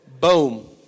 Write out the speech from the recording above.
Boom